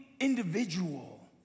individual